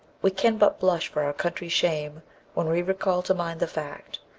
we can but blush for our country's shame when we recall to mind the fact,